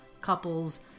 couples